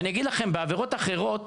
ואגיד לכם שבעבירות אחרות